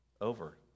over